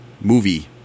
movie